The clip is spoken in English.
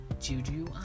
juju